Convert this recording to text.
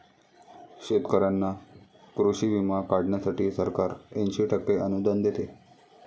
शेतकऱ्यांना कृषी विमा काढण्यासाठी सरकार ऐंशी टक्के अनुदान देते